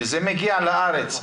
כשזה מגיע לארץ,